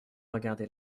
regarder